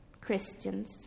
Christians